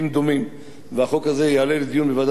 הזה יעלה לדיון בוועדת שרים לענייני חקיקה,